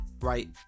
right